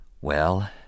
Well